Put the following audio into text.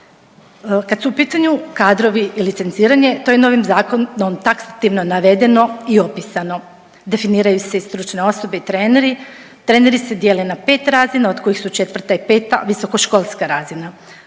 Kad su u pitanju kadrovi i licenciranje to je novim zakonom taksativno navedeno i opisano. Definiraju se i stručne osobe i treneri. Treneri se dijele na 5 razina od kojih su četvrta i peta visokoškolska razina.